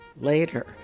Later